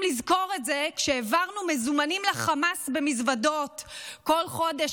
לזכור את זה כשהעברנו מזומנים לחמאס במזוודות בכל חודש,